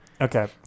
Okay